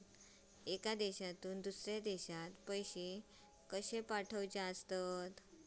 एका देशातून दुसऱ्या देशात पैसे कशे पाठवचे?